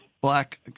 black